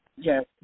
Yes